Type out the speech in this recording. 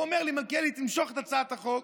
הוא אומר לי: מלכיאלי, תמשוך את הצעת החוק.